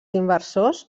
inversors